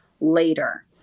later